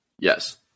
Yes